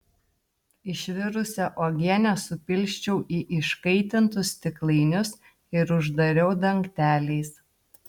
išvirusią uogienę supilsčiau į iškaitintus stiklainius ir uždariau dangteliais